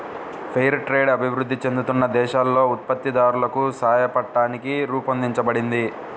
fair trade అభివృద్ధి చెందుతున్న దేశాలలో ఉత్పత్తిదారులకు సాయపట్టానికి రూపొందించబడింది